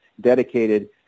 dedicated